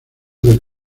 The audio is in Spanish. del